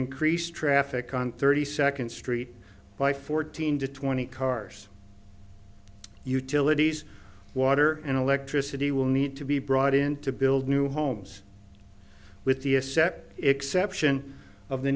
increase traffic on thirty second street by fourteen to twenty cars utilities water and electricity will need to be brought in to build new homes with the a sept exception of the